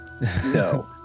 no